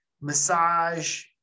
massage